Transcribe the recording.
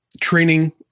training